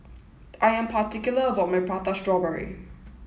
I am particular about my Prata Strawberry